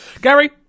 Gary